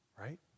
right